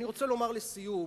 אני רוצה לומר לסיום,